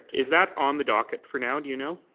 is that on the docket for now, do you know?